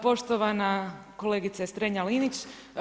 Poštovana kolegice Strenja-Linić.